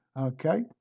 Okay